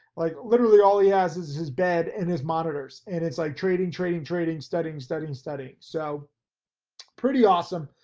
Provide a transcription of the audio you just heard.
like literally all he has is his bed and his monitors. and it's like trading, trading, trading, studying, studying studying. so pretty awesome.